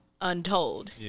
Untold